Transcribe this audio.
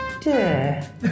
Dear